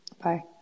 Bye